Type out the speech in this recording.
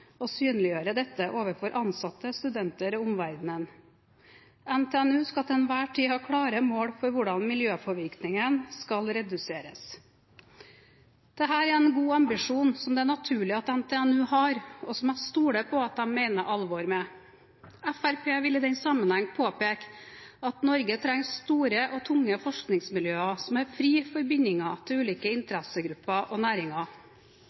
og synliggjøre dette overfor ansatte, studenter og omverdenen. NTNU skal til enhver tid ha klare mål for hvordan miljøpåvirkningen skal reduseres.» Dette er en god ambisjon som det er naturlig at NTNU har, og som jeg stoler på at de mener alvor med. Fremskrittspartiet vil i den sammenheng påpeke at Norge trenger store og tunge forskningsmiljøer som er fri for bindinger til ulike interessegrupper og næringer.